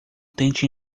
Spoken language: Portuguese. tente